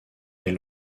est